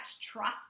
trust